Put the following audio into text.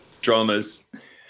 Dramas